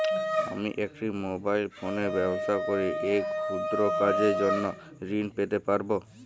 আমি একটি মোবাইল ফোনে ব্যবসা করি এই ক্ষুদ্র কাজের জন্য ঋণ পেতে পারব?